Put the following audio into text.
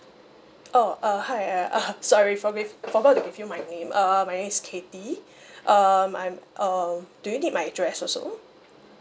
oh uh hi uh sorry forgi~ forgot to give you my name uh my name is cathy um I'm um do you need my address also